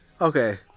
Okay